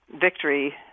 victory